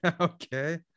okay